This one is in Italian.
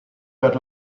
per